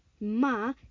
ma